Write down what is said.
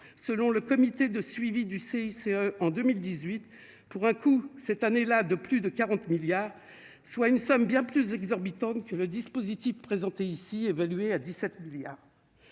selon le comité de suivi du CICE en 2018, pour un coût cette année-là de plus de 40 milliards, soit une somme bien plus exorbitants que le dispositif présenté ici évalué à 17 milliards